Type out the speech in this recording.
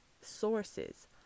sources